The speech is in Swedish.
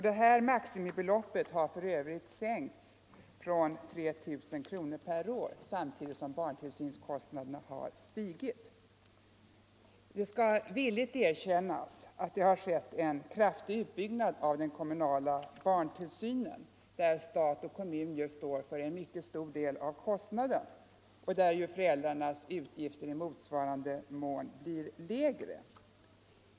Detta maximibelopp har för övrigt sänkts från 3 000 kronor per år samtidigt som barntillsynskostnaderna har stigit. Det skall villigt erkännas att det har skett en kraftig utbyggnad av den kommunala barntillsynen, där stat och kommun står för en mycket stor del av kostnaden och där föräldrarnas utgifter i motsvarande mån blir lägre.